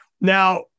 now